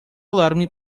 alarme